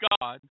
God